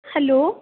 hello